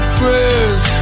prayers